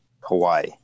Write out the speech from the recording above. Hawaii